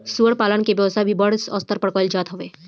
सूअर पालन के व्यवसाय भी बड़ स्तर पे कईल जात हवे